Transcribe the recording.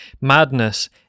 Madness